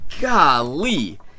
golly